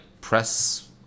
press